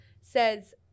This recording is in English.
says